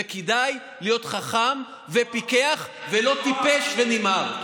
וכדאי להיות חכם ופיקח ולא טיפש ונמהר.